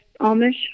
Amish